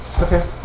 Okay